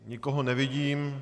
Nikoho nevidím.